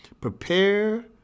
prepare